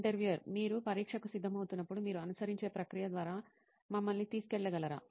interviewer మీరు పరీక్షకు సిద్ధమవుతున్నప్పుడు మీరు అనుసరించే ప్రక్రియ ద్వారా మమ్మల్ని తీసుకెళ్లగలరా